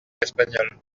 espagnol